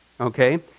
okay